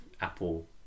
Apple